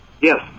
Yes